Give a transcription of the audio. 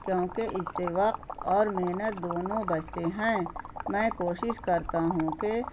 کیونکہ اس سے وقت اور محنت دونوں بچتے ہیں میں کوشش کرتا ہوں کہ